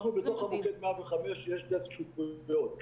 בתוך מוקד 105 יש דסק שותפויות.